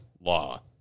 law